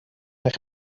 eich